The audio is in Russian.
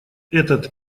этот